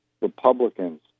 Republicans